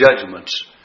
judgments